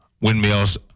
windmills